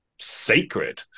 sacred